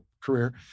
career